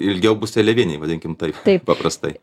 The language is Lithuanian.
ilgiau bus seliaviniai vadinkim taip paprastai